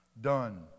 done